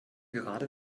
gerade